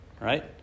right